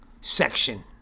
section